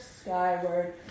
skyward